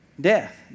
Death